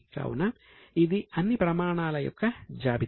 కావున ఇది అన్ని ప్రమాణాల యొక్క జాబితా